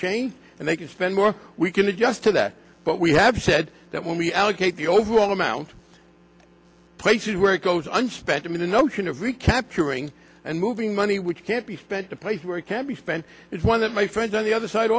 changed and they can spend more we can adjust to that but we have said that when we allocate the overall amount of places where it goes i suspect i'm in the notion of recapturing and moving money which can't be spent the place where it can be spent it's one that my friends on the other side